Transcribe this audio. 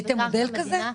עשיתם מודל כזה?